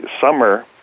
summer